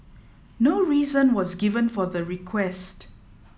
no reason was given for the request